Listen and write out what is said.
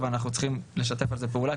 אבל אנחנו צריכים לשתף על זה פעולה,